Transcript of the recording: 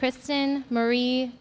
kristen marie